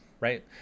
right